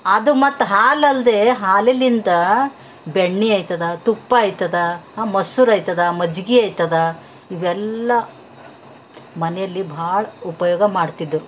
ಅದು ಮತ್ತು ಹಾಲಲ್ಲದೇ ಹಾಲಿಂದ ಬೆಣ್ಣೆ ಆಯ್ತದೆ ತುಪ್ಪ ಆಯ್ತದೆ ಮೊಸರ್ ಆಯ್ತದೆ ಮಜ್ಗೆ ಆಯ್ತದೆ ಇವೆಲ್ಲ ಮನೆಯಲ್ಲಿ ಭಾಳ ಉಪಯೋಗ ಮಾಡ್ತಿದ್ದೆವು